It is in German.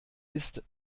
ist